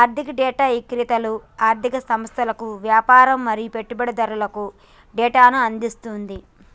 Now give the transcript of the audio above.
ఆర్ధిక డేటా ఇక్రేతలు ఆర్ధిక సంస్థలకు, యాపారులు మరియు పెట్టుబడిదారులకు డేటాను అందిస్తుంది